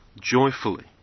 joyfully